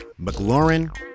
McLaurin